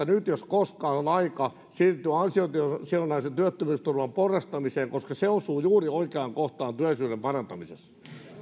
nyt jos koskaan on aika siirtyä ansiosidonnaisen työttömyysturvan porrastamiseen koska se osuu juuri oikeaan kohtaan työllisyyden parantamisessa